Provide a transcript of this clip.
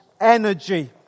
energy